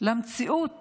המציאות